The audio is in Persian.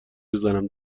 بزنم